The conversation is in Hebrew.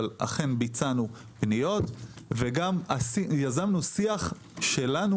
אבל אכן ביצענו פניות וגם יזמנו שיח שלנו